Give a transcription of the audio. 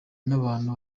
n’abantu